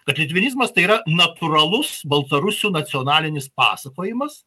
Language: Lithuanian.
kad litvinizmas tai yra natūralus baltarusių nacionalinis pasakojimas